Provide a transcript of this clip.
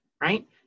right